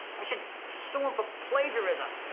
i should sue him for plagiarism.